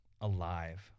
alive